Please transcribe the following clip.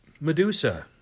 Medusa